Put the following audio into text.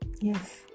yes